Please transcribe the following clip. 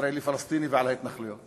בטולוז אחרי הטבח הנורא בבית-הספר היהודי שם.